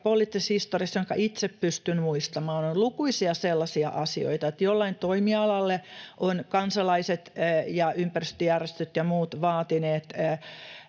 poliittisessa historiassa, jonka itse pystyn muistamaan, on lukuisia sellaisia asioita, että jollekin toimialalle ovat kansalaiset ja ympäristöjärjestöt ja muut vaatineet